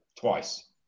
twice